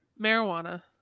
Marijuana